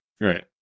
right